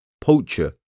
Poacher